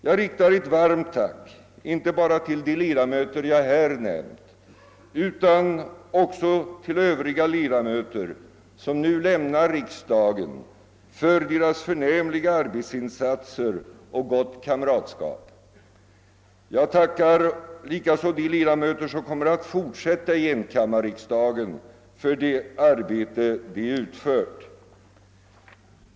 Jag riktar ett varmt tack inte bara till de ledamöter jag här nämnt utan också till övriga ledamöter som nu lämnar riksdagen för deras förnämliga arbetsinsatser och gott kamratskap. Jag tackar likaså de ledamöter som kommer att fortsätta i enkammarriksdagen för det arbete de utfört.